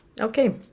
Okay